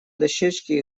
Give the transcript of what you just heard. дощечке